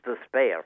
despair